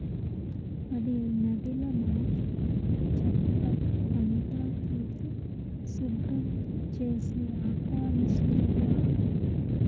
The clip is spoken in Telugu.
అది నదిల నాచు, చెత్త అంతా తీసి శుభ్రం చేసే ఆక్వామిసనవ్వా